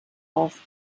auf